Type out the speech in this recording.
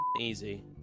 easy